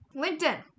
LinkedIn